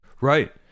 Right